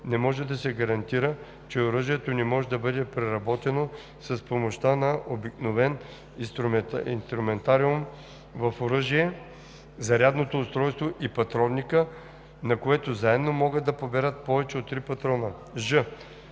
не може да се гарантира, че оръжието не може да бъде преработено с помощта на обикновен инструментариум в оръжие, зарядното устройство и патронникът на което заедно могат да поберат повече от три патрона; ж)